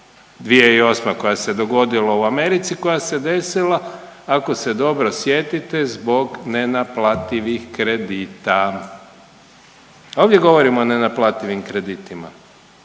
2008. koja se dogodila u Americi, koja se desila ako se dobro sjetite zbog nenaplativih kredita. Ovdje govorimo o nenaplativim kreditima,